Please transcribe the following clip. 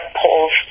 polls